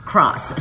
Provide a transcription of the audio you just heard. Cross